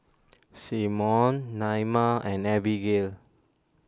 Symone Naima and Abigail